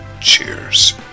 Cheers